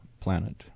planet